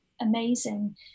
amazing